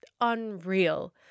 unreal